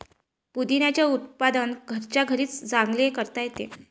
पुदिन्याचे उत्पादन घरच्या घरीही चांगले करता येते